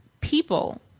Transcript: people